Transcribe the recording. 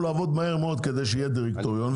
לעבוד מהר מאוד כדי שיהיה דירקטוריון.